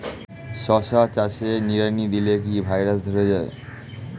শশা চাষে নিড়ানি দিলে কি ভাইরাস ধরে যায়?